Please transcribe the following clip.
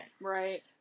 Right